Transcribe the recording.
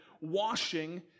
washing